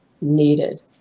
needed